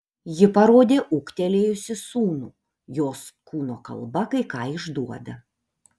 ji parodė ūgtelėjusį sūnų jos kūno kalba kai ką išduoda